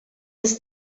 des